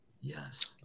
Yes